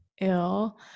ill